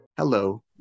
Hello